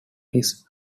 his